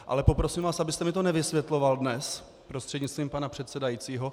Ale poprosím vás, abyste mi to nevysvětloval dnes, prostřednictvím pana předsedajícího.